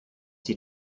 die